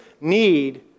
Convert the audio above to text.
need